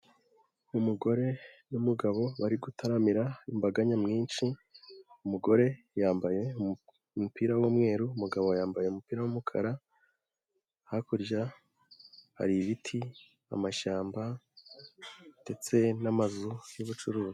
Umugore n'umugabo bari gutaramira imbaga nyamwinshi, umugore yambaye umupira w'umweru, umugabo yambaye umupira w'umukara, hakurya hari ibiti amashyamba ndetse n'amazu y'ubucuruzi.